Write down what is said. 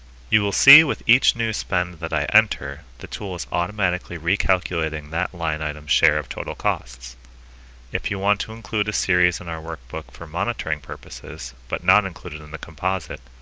you will see with each new spend that i enter the tool is automatically recalculating that line item's share of total costs if you want to include a series in our workbook for monitoring purposes but not include it in the composite,